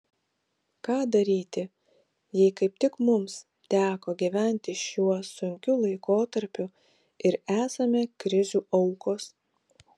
ką daryti jei kaip tik mums teko gyventi šiuo sunkiu laikotarpiu ir esame krizių aukos